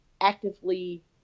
actively